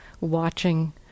watching